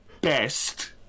best